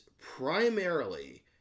primarily